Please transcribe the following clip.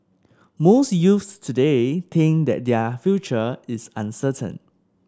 most youths today think that their future is uncertain